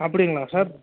அப்படிங்களா சார்